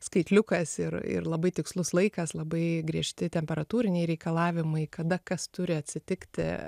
skaitliukas ir ir labai tikslus laikas labai griežti temperatūriniai reikalavimai kada kas turi atsitikti